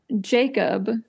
Jacob